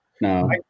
No